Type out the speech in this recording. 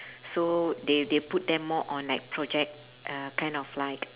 so they they put them more on like project uh kind of like